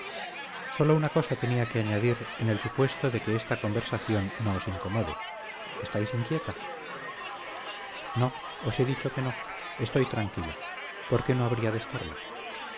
sólo una cosa tenía que añadir en el supuesto de que esta conversación no os incomode estáis inquieta no os he dicho que no estoy tranquila por qué no habría de estarlo